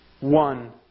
One